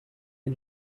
and